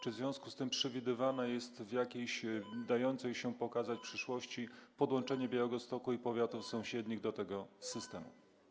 Czy w związku z tym przewidywane jest w jakiejś dającej się pokazać przyszłości podłączenie Białegostoku i powiatów sąsiednich do tego systemu?